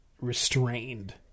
restrained